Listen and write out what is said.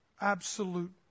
absolute